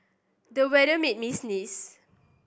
the weather made me sneeze